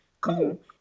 Cool